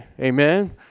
Amen